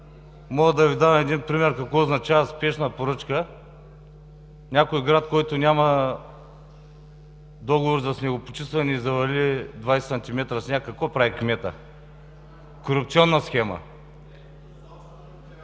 мога да Ви дам пример какво означава спешна поръчка. В някой град, който няма договор за снегопочистване и завали 20 см сняг, какво прави кметът – корупционна схема.